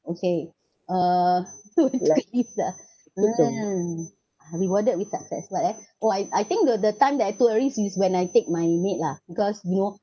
okay uh like this ah mm uh rewarded with success what eh oh I I think the the time that I took a risk is when I take my maid lah because you know